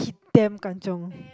he damn kanchiong